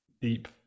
deep